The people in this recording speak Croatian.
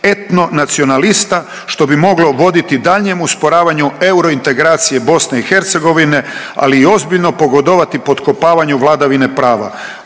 etnonacionalista što bi moglo voditi daljnjem usporavanju eurointegracije Bosne i Hercegovine, ali i ozbiljno pogodovati potkopavanju vladavine prava.